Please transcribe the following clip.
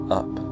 up